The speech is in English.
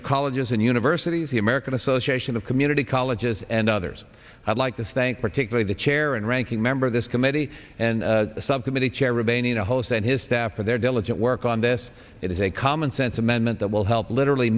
of colleges and universities the american association of community colleges and others i'd like to thank particularly the chair and ranking member of this committee and the subcommittee chair remaining a host and his staff for their diligent work on this it is a commonsense amendment that will help literally